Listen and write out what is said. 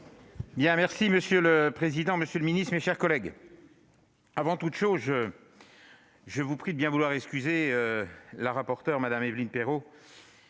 durable. Monsieur le président, monsieur le ministre, mes chers collègues, avant toute chose, je vous prie de bien vouloir excuser la rapporteure, Mme Évelyne Perrot,